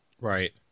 Right